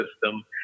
system